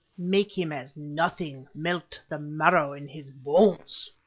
make him as nothing melt the marrow in his bones!